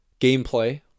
gameplay